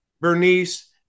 Bernice